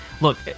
Look